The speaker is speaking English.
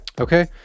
okay